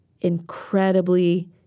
incredibly